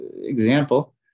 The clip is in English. example